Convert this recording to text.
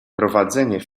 prowadzenie